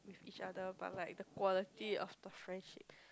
with each other but like the quality of the friendship